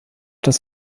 das